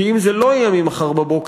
כי אם זה לא יהיה ממחר בבוקר,